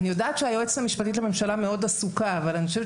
אני יודעת שהיועצת המשפטית לממשלה מאוד עסוקה אבל אני חושבת